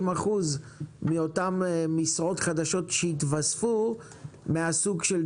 30-20 אחוזים מאותן משרות חדשות שיתווספו לג'וניורים?